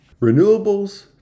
Renewables